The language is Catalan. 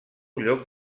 lloc